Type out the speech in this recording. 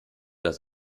das